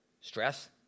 Stress